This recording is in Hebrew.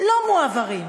לא מועברים,